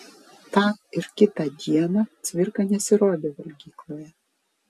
tą ir kitą dieną cvirka nesirodė valgykloje